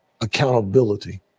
accountability